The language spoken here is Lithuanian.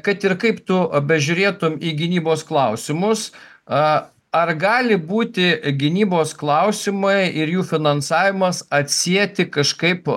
kad ir kaip tu bežiūrėtum į gynybos klausimus a ar gali būti gynybos klausimai ir jų finansavimas atsieti kažkaip